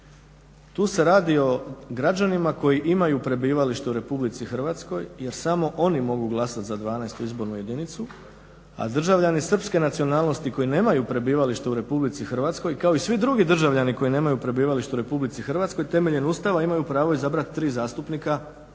tu se radi o građanima koji imaju prebivališta u RH jer samo oni mogu glasati za 12. Izbornu jedinicu, a državljani Srpske nacionalnosti koji nemaju prebivalište u RH kao i svi drugi državljani koji nemaju prebivalište u RH temeljem ustava imaju pravo izabrati tri zastupnika u dijaspori